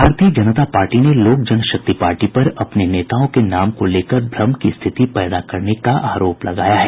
भारतीय जनता पार्टी ने लोक जनशक्ति पार्टी पर अपने नेताओं के नाम को लेकर भ्रम की स्थिति पैदा करने का आरोप लगाया है